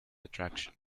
attraction